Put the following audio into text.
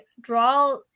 draw